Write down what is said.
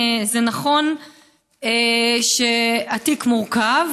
זה נכון שהתיק מורכב,